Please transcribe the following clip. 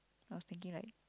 I was thinking like